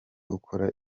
ukora